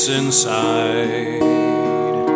inside